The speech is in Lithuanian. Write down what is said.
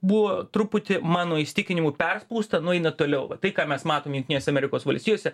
buvo truputį mano įsitikinimu perspausta nueina toliau va tai ką mes matom jungtinėse amerikos valstijose